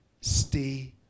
stay